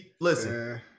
listen